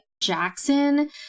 Jackson